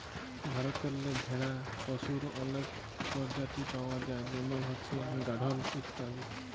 ভারতেল্লে ভেড়া পশুর অলেক পরজাতি পাউয়া যায় যেমল হছে গাঢ়ল ইত্যাদি